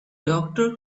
doctor